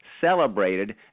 celebrated